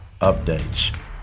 updates